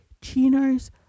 chinos